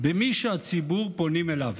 במי שהציבור פונים אליו.